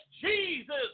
Jesus